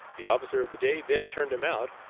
the officer of the day then turned him out,